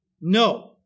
No